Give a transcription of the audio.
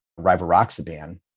Rivaroxaban